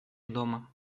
дома